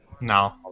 No